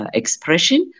expression